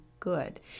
good